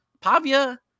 Pavia